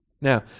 Now